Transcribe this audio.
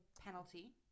penalty